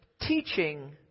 teaching